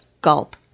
gulp